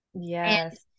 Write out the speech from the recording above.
yes